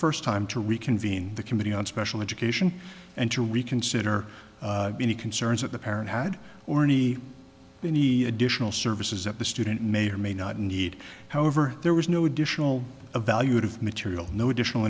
first time to reconvene the committee on special education and to reconsider any concerns that the parent had or any any additional services that the student may or may not need however there was no additional evaluative material no additional